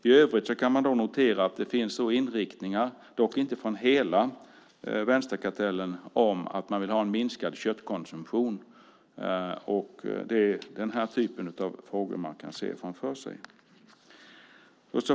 I övrigt kan vi notera att det finns inriktningar, dock inte från hela vänsterkartellen, mot att man vill ha en minskad köttkonsumtion. Det är den här typen av frågor vi kan se framför oss.